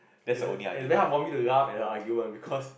it's it's very hard for me to laugh at her argument because